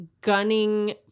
gunning